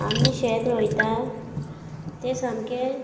आमी शेत रोयता तें सामकें